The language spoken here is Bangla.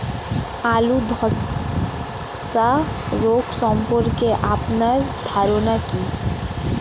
আলু ধ্বসা রোগ সম্পর্কে আপনার ধারনা কী?